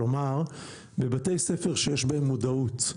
כלומר בבתי ספר שיש בהם מודעות,